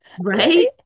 Right